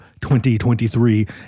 2023